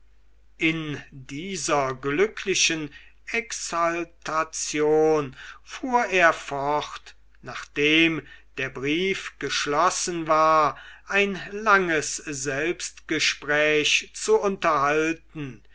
in dieser glücklichen exaltation fuhr er fort nachdem der brief geschlossen war ein langes selbstgespräch zu unterhalten